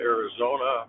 Arizona